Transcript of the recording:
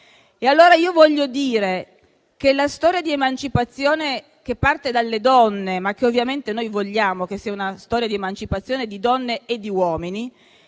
femminile. Voglio dire che la storia di emancipazione che parte dalle donne, ma che ovviamente noi vogliamo che sia una storia di emancipazione di donne e di uomini,